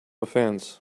offense